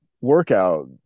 workout